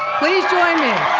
please join me.